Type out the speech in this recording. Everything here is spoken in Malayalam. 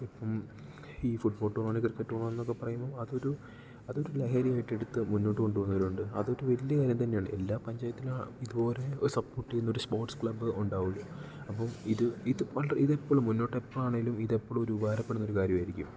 ഇപ്പം ഈ ഫുട്ബോൾ ടൂർണമെൻ്റ് ക്രിക്കറ്റ് ടൂർണമെൻ്റ് എന്നൊക്കെ പറയുമ്പം അതൊരു അതൊരു ലഹരിയായിട്ട് എടുത്ത് മുന്നോട്ട് കൊണ്ട് പോകുന്നവരുണ്ട് അതൊരു വലിയ കാര്യം തന്നെയാണ് എല്ലാ പഞ്ചായത്തിലും ഇതു പോലെ സപ്പോർട്ട് ചെയ്യുന്നൊരു സ്പോർട്സ് ക്ലബ് ഉണ്ടാകും അപ്പം ഇത് ഇത് വളരെ ഇത് എപ്പോഴും മുന്നോട്ട് എപ്പോഴാണെങ്കിലും ഇതെപ്പോഴും ഒരു ഉപകാരപ്പെടുന്ന ഒരു കാര്യമായിരിക്കും